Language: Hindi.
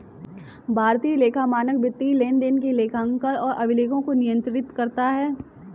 भारतीय लेखा मानक वित्तीय लेनदेन के लेखांकन और अभिलेखों को नियंत्रित करता है